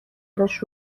داشت